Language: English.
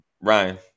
Ryan